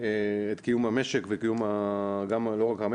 את קיום המשק ולא רק המשק,